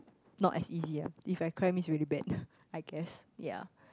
not as easy ah if I cry means really bad I guess ya